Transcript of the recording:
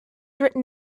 written